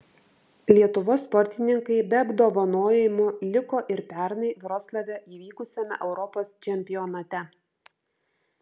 lietuvos sportininkai be apdovanojimų liko ir pernai vroclave įvykusiame europos čempionate